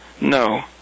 No